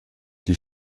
die